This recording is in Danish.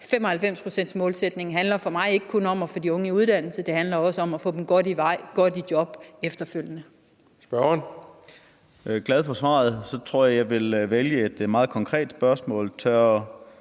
95-procentmålsætningen handler for mig ikke kun om at få de unge i uddannelse. Det handler også om at få dem godt i vej, godt i job, efterfølgende.